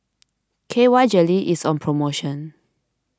K Y Jelly is on promotion